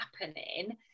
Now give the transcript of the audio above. happening